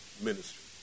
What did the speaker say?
ministry